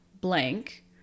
blank